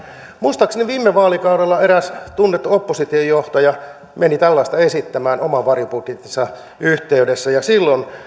muistaakseni viime vaalikaudella eräs tunnettu oppositiojohtaja meni tällaista esittämään oman varjobudjettinsa yhteydessä ja silloin